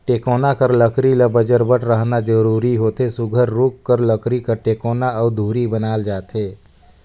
टेकोना कर लकरी ल बजरबट रहना जरूरी होथे सुग्घर रूख कर लकरी कर टेकोना अउ धूरी बनाल जाथे